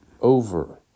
over